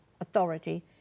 authority